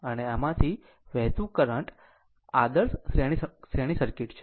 અને આમાંથી વહેતું કરંટ આદર્શ શ્રેણી સર્કિટ છે